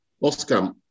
Oscar